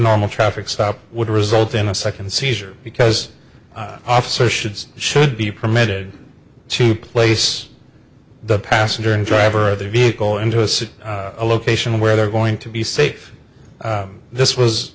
normal traffic stop would result in a second seizure because officer should should be permitted to place the passenger and driver of the vehicle into a city a location where they're going to be safe this was